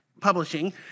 Publishing